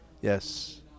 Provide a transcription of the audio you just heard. yes